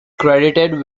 credited